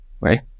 right